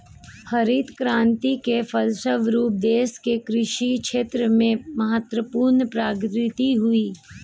हरित क्रान्ति के फलस्व रूप देश के कृषि क्षेत्र में महत्वपूर्ण प्रगति हुई